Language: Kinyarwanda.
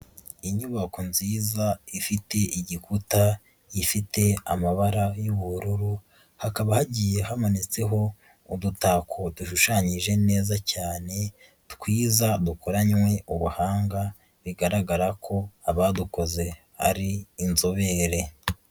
Inyubako nziza ifite igikuta gifite amabara y'ubururu, hakaba hagiye hamanitseho udutako dushushanyije neza cyane twiza dukoranywe ubuhanga, bigaragara ko abadukoze ari inzobere.